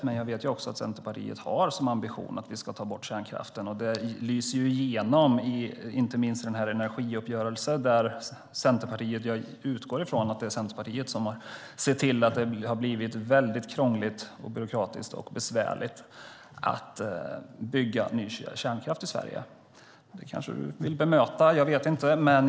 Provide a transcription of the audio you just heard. Men jag vet att Centerpartiet har som ambition att vi ska ta bort kärnkraften, och det lyser ju igenom inte minst i energiuppgörelsen, där jag utgår ifrån att det är Centerpartiet som har sett till att det har blivit väldigt krångligt, byråkratiskt och besvärligt att bygga ny kärnkraft i Sverige. Det kanske du vill bemöta - det vet jag inte.